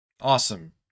Awesome